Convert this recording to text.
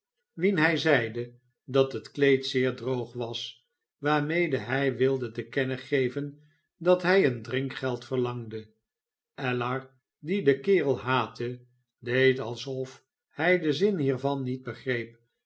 wien hij zeide dat het kleed zeer droog was waarmede hij wilde te kennen geven dat hij een drinkgeld verlangde ellar die den kerel haatte deed alsof hij den zin hiervan niet begreep